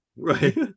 Right